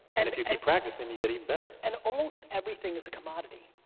and if you keep practicing you get even better. and almost everything is a commodity.